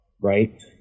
right